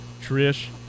trish